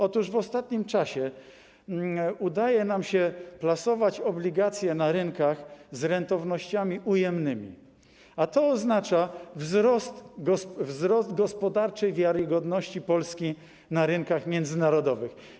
Otóż w ostatnim czasie udaje nam się plasować obligacje na rynkach z rentownościami ujemnymi, a to oznacza wzrost gospodarczej wiarygodności Polski na rynkach międzynarodowych.